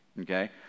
okay